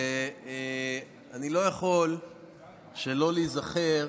אני לא יכול שלא להיזכר